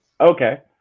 Okay